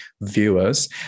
viewers